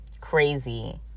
crazy